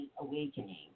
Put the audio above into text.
awakening